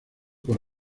por